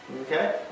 okay